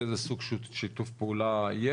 איזה סוג שיתוף פעולה יש?